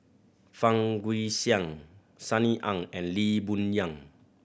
Fang Guixiang Sunny Ang and Lee Boon Yang